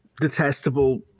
detestable